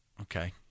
Okay